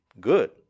good